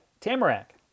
Tamarack